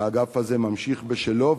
האגף הזה ממשיך בשלו,